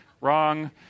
wrong